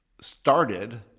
started